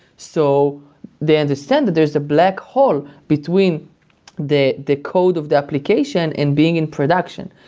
so they understand that there is a black hole between the the code of the application and being in production,